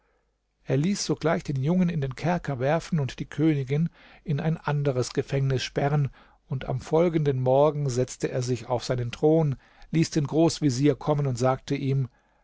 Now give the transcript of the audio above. er ließ sogleich den jungen in den kerker werfen und die königin in ein anderes gefängnis sperren und am folgenden morgen setzte er sich auf seinen thron ließ den großvezier kommen und sagte ihm